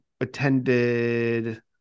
attended